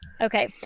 Okay